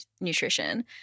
nutrition